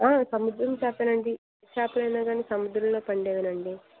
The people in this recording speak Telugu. సముద్రం చేప అండి ఏ చేప అయిన కానీ సముద్రంలో పండేవి అండి